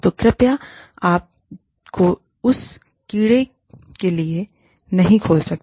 तो कृपया अपने आप को उस कीड़े के लिए नहीं खोल सकते